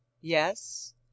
Yes